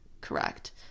correct